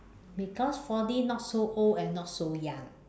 because forty not so old and not so young